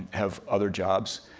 have other jobs,